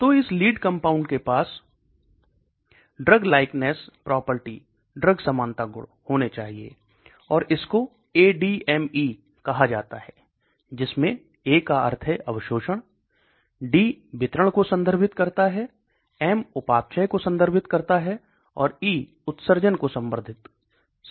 तो इस lead compound के पास ड्रग लाइकनेस प्रॉपर्टी होनी चाहिए और इसको ADME कहा जाता है जिसमे A का अर्थ है अवशोषण D वितरण को संदर्भित करता है M उपापचय को संदर्भित करता है और E उत्सर्जन को संदर्भित करता है